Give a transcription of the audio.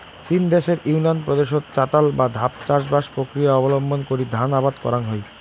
চীন দ্যাশের ইউনান প্রদেশত চাতাল বা ধাপ চাষবাস প্রক্রিয়া অবলম্বন করি ধান আবাদ করাং হই